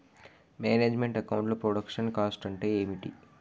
Manage meant account లో production cost అంటే ఏమిటి?